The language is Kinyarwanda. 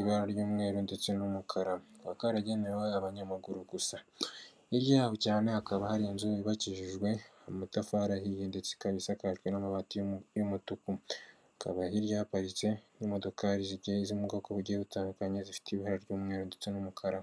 ibara ry'umweru ndetse n'umukara kaba karagenewe abanyamaguru gusa hirya yaho cyane hakaba hari inzu yubakijijwe amatafari ahiye ndetse ikaba sakajwe n'amabati y'umutuku hakaba hirya haparitse n'imodokari zigiye ziri mu bwoko bugiye butandukanye zifite ibara ry'umweru ndetse n'umukara.